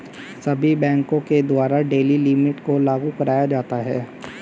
सभी बैंकों के द्वारा डेली लिमिट को लागू कराया जाता है